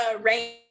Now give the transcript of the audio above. rain